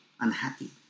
unhappy